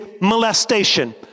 molestation